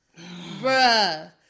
Bruh